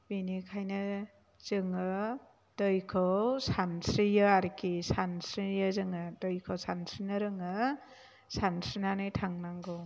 बेनिखायनो जोङो दैखौ सानस्रियो आरोखि सानस्रियो जोङो दैखौ सानस्रिनो रोङो सानस्रिनानै थांनांगौ